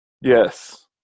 yes